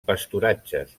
pasturatges